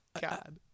God